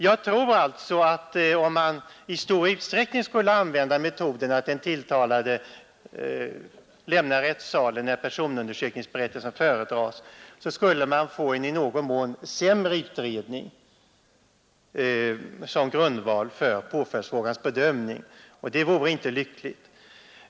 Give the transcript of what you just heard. Jag tror alltså att om man i stor utsträckning skulle använda metoden att den tilltalade lämnar rättssalen när personundersökningsberättelsen föredras, så skulle man få en i någon mån sämre utredning som grundval för påföljdsfrågans bedömning, och det vore inte lyckligt.